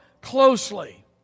closely